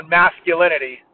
masculinity